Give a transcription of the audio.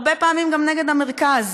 הרבה פעמים גם נגד המרכז,